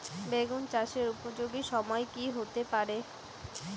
বেগুন চাষের উপযোগী সময় কি হতে পারে?